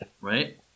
right